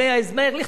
בדברי ההסבר,